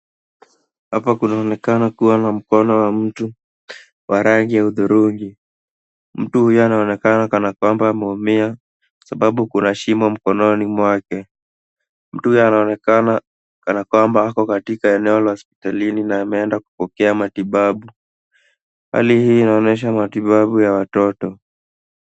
Hapa kunaonekana kuwa na mkono wa mtu wa rangi ya hudhurungi. Mtu huyo anaonekana kana kwamba ameumia, sababu kuna shimo mkononi mwake. Mtu huyo anaonekana kana kwamba ako katika eneo la hospitalini na ameenda kupokea matibabu. Hali hii inaonesha matibabu ya watoto.